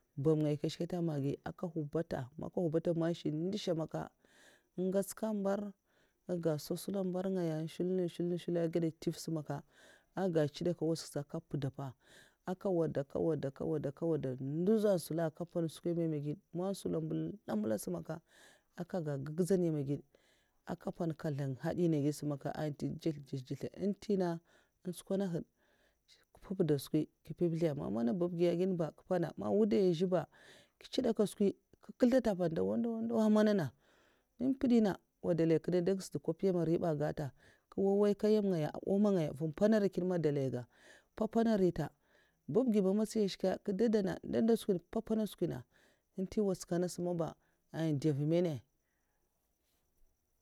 Ndaw ngaya nkèsh nkat a magghi nkè hwubata man nkè hwubata ngwots mbèr sa aga ntsèdak nwatsak sa nkè mpuda'pankè mbudzan nyam èh gèd ngèts nga mbar ngaya ngè ntsèdak ngwo nwgow nga nwodè nkè azun nduzh nsula man nsula mba ma sungaya mpèn nkzlèng gèd man babgi azè ba zhèna misk nkè mpuna nkè nguslda tè dè nun sata nkè mprèma answ nkè ndu skwi nsugaya kè mpèn a babgi matsi sa nskè ndè mndè skwi na nkè mpèan skwi nantè nwutsak nasa ntèn asaba ah ndè ndarsa